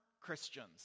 Christians